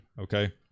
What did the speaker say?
Okay